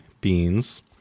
beans